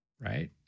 Right